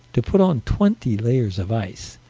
to put on twenty layers of ice,